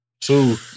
Two